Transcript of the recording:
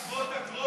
לגבות אגרות?